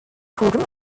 program